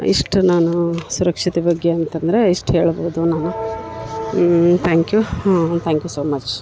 ಇಷ್ಟು ನಾನು ಸುರಕ್ಷತೆ ಬಗ್ಗೆ ಅಂತ ಅಂದರೆ ಇಷ್ಟು ಹೇಳ್ಬೋದು ನಾನು thank you thank you so much